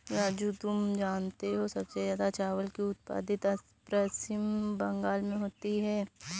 राजू तुम जानते हो सबसे ज्यादा चावल की उत्पत्ति पश्चिम बंगाल में होती है